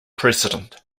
president